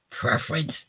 preference